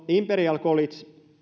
imperial college